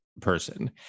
person